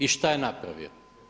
I šta je napravio?